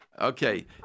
Okay